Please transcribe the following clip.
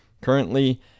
Currently